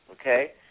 Okay